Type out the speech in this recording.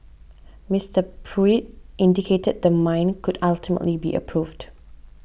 Mister Pruitt indicated the mine could ultimately be approved